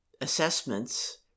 Assessments